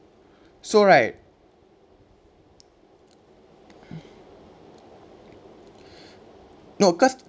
so right no cause